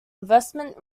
investment